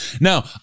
Now